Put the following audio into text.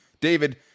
David